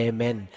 Amen